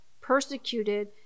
persecuted